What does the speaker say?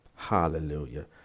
Hallelujah